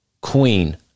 queen